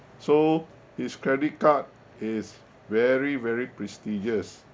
so his credit card is very very prestigious